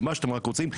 במה שאתם רק רוצים,